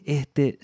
este